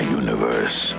universe